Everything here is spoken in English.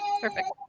Perfect